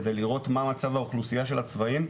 כדי לראות מה מצב האוכלוסייה של הצבאים,